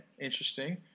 interesting